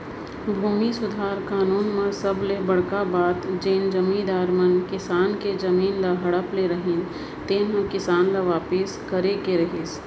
भूमि सुधार कानून म सबले बड़का बात जेन जमींदार मन किसान के जमीन ल हड़प ले रहिन तेन ह किसान ल वापिस करे के रहिस